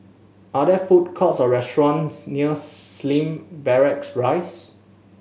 are there food courts or restaurants near Slim Barracks Rise